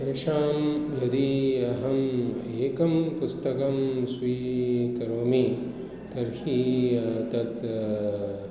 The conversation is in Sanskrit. तेषां यदि अहम् एकं पुस्तकं स्वीकरोमि तर्हि तत्